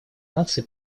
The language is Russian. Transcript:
наций